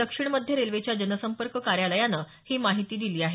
दक्षिण मध्य रेल्वेच्या जनसंपर्क कार्यालयानं ही माहिती दिली आहे